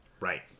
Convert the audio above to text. right